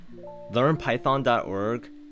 LearnPython.org